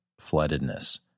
floodedness